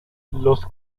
los